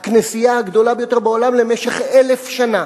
הכנסייה הגדולה ביותר בעולם במשך 1,000 שנה,